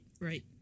Right